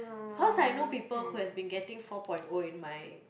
cause I know people who has been getting four point O in my